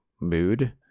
mood